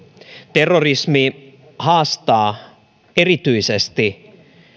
terrorismi haastaa erityisesti